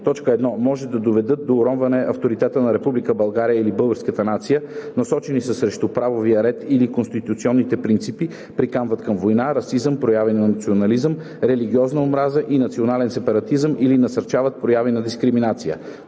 които: 1. може да доведат до уронване авторитета на Република България или българската нация, насочени са срещу правовия ред или конституционните принципи, приканват към война, расизъм, прояви на национализъм, религиозна омраза и национален сепаратизъм или насърчават прояви на дискриминация;